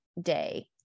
day